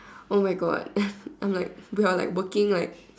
oh my God I'm like we are like working like